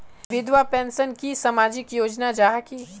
विधवा पेंशन की सामाजिक योजना जाहा की?